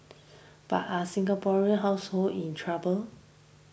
but are Singaporean households in trouble